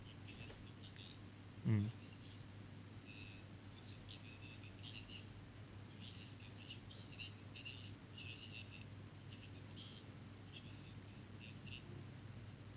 mm